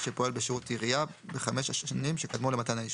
שפועל בשירות עירייה בחמש השנים שקדמו למתן האישור,